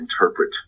interpret